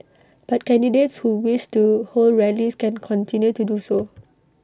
but candidates who wish to hold rallies can continue to do so